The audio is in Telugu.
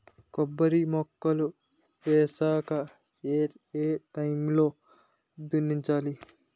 కొబ్బరి మొక్కలు వేసాక ఏ ఏ టైమ్ లో దున్నించాలి?